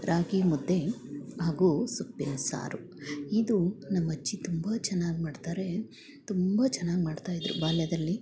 ರಾಗಿ ಮುದ್ದೆ ಹಾಗೂ ಸೊಪ್ಪಿನ ಸಾರು ಇದು ನಮ್ಮ ಅಜ್ಜಿ ತುಂಬ ಚೆನ್ನಾಗಿ ಮಾಡ್ತಾರೆ ತುಂಬ ಚೆನ್ನಾಗಿ ಮಾಡ್ತಾ ಇದ್ದರು ಬಾಲ್ಯದಲ್ಲಿ